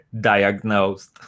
diagnosed